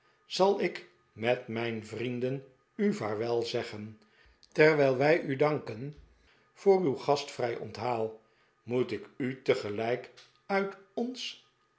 zal ik met mijn vrienden u vaarwel zeggen terwijl wij u danken voor uw gastvrij onthaal moet ik u tegelijk uit ons